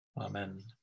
amen